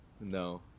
No